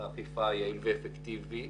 אכיפה יעיל ואפקטיבי.